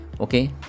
Okay